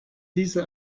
diese